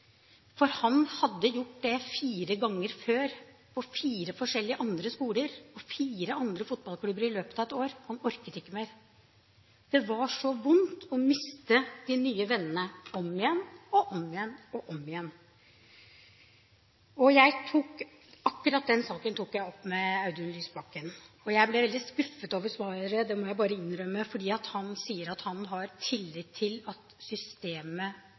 For han hadde gjort det fire ganger før – fire forskjellige andre skoler, fire andre fotballklubber i løpet av et år. Han orket ikke mer. Det var så vondt å miste de nye vennene om igjen og om igjen og om igjen. Akkurat den saken tok jeg opp med Audun Lysbakken. Jeg ble veldig skuffet over svaret, det må jeg bare innrømme. Han sa at han har tillit til at systemet